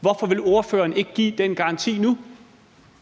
Hvorfor vil ordføreren ikke give den garanti nu?